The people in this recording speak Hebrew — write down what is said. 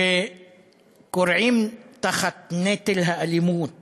שכורעים תחת נטל האלימות